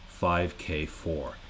5k4